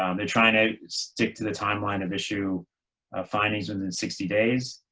um they're trying to stick to the time line of issue findings within sixty days.